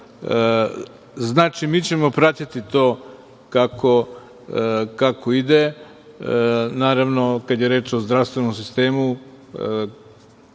meseca. Mi ćemo pratiti to kako ide. Naravno, kada je reč o zdravstvenom sistemu,